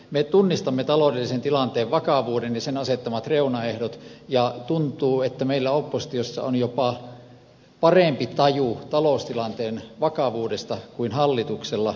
me tunnistamme taloudellisen tilanteen vakavuuden ja sen asettamat reunaehdot ja tuntuu että meillä oppositiossa on jopa parempi taju taloustilanteen vakavuudesta kuin hallituksella